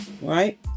right